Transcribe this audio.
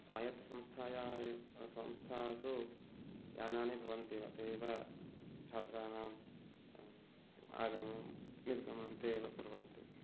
स्वायत्तसंस्थायाः संस्थासु यानानि भवन्त्येव ते एव छात्राणाम् आगमनं निर्गमनं ते एव कुर्वन्ति